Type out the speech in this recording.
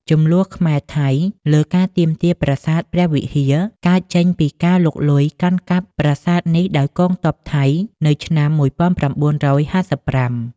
ជម្លោះខ្មែរ ថៃ លើការទាមទារបា្រសាទព្រះវិហារ កើតចេញពីការលុកលុយកាន់កាប់ប្រាសាទនេះដោយកងទ័ពថៃនៅឆ្នាំ ១៩៥៥។